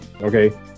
Okay